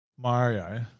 Mario